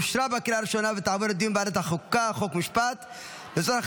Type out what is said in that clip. לוועדת החוקה, חוק ומשפט נתקבלה.